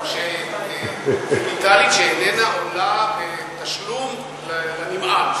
זו שיטה דיגיטלית שאיננה עולה בתשלום לנמען.